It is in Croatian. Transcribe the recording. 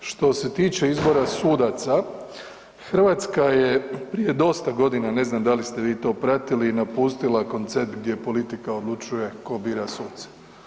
Što se tiče izbora sudaca, Hrvatska je prije dosta godina, ne znam da li ste vi to pratili, napustila koncept gdje politika odlučuje tko bira suce.